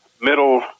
middle